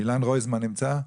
אילן רויזמן נמצא?